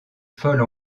folle